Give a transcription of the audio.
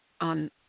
on